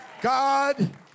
God